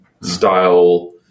style